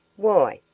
why?